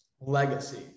legacy